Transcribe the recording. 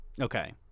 Okay